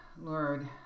Lord